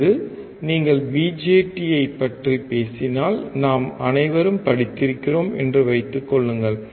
அல்லது நீங்கள் பிஜேடியைப் பற்றிப் பேசினால் நாம் அனைவரும் படித்திருக்கிறோம் என்று வைத்துக் கொள்ளுங்கள்